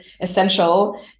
essential